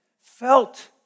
felt